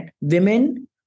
women